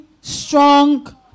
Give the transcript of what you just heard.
strong